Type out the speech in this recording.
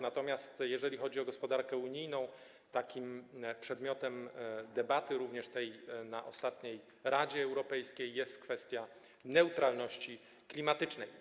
Natomiast jeżeli chodzi o gospodarkę unijną, takim przedmiotem debaty, również na ostatnim posiedzeniu Rady Europejskiej, jest kwestia neutralności klimatycznej.